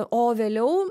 o vėliau